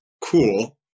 cool